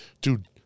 Dude